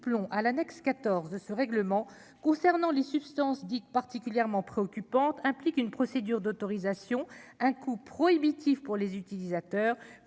à l'annexe 14 de ce règlement concernant les substances Dick particulièrement préoccupante implique une procédure d'autorisation, un coût prohibitif pour les utilisateurs,